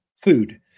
food